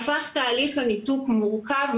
הפך תהליך הניתוק מורכב,